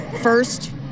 First